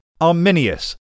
Arminius